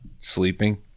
Sleeping